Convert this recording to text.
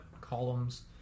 columns